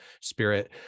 spirit